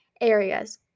areas